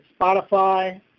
Spotify